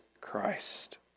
Christ